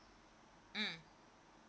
mm